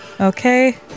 Okay